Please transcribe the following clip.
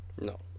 No